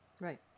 Right